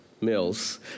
Mills